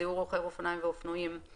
זיהוי רוכבי אופניים ואופנועים,